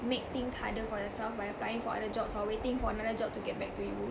make things harder for yourself by applying for other jobs or waiting for another job to get back to you